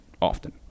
often